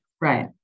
Right